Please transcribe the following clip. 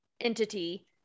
entity